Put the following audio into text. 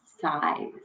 size